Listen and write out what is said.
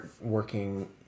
working